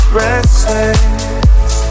restless